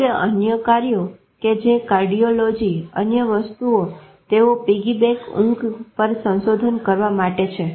જોકે અન્ય કાર્યો કે જે કાર્ડિયોલોજી અન્ય વસ્તુઓ તેઓ પિગીબેક ઊંઘ પર સંશોધન કરવા માટે છે